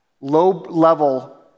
low-level